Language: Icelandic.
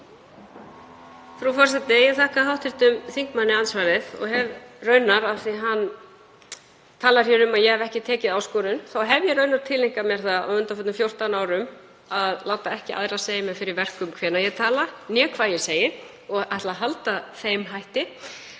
Frú forseti. Ég þakka hv. þingmanni andsvarið. Ég hef raunar, af því hann talar hér um að ég hafi ekki tekið áskorun, tileinkað mér það á undanförnum 14 árum að láta ekki aðra segja mér fyrir verkum, hvenær ég tala né hvað ég segi, og ætla að halda þeim hætti.